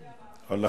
אל --- לא,